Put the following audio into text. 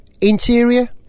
interior